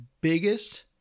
biggest